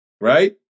Right